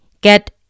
get